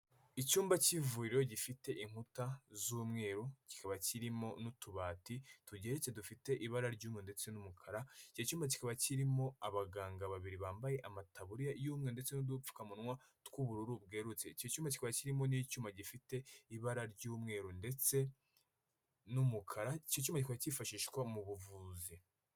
Icyumba cy'ivuriro gifite inkuta z'umweru kikaba kirimo n'utubati tugeretse dufite ibara ry'umweru n'umukara. Icyo cyumba kikaba kirimo abaganga babiri bambaye amataburiya y'umweru ndetse n'udupfukamunwa tw'ubururu bwerurutse. Icyo cyumba kiba kirimo n'icyuma gifite ibara ry'umweru ndetse n'umukara icyo cyuma kikaba kifashishwa mu buvuzi.